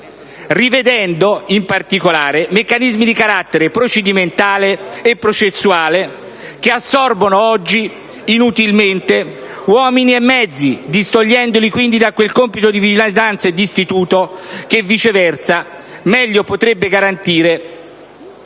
rivedendo in particolare meccanismi di carattere procedimentale e processuale che assorbono oggi inutilmente uomini e mezzi, distogliendoli quindi da quel compito di vigilanza e di istituto che, viceversa, meglio potrebbe garantire